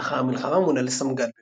לאחר המלחמה מונה לסמג"ד במילואים.